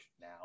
now